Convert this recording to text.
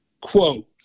quote